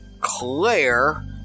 Claire